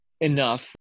enough